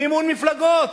מימון מפלגות.